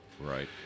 Right